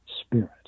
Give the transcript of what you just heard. spirit